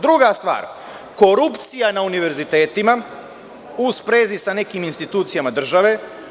Druga stvar, korupcija na univerzitetima u sprezi sa nekim institucijama države.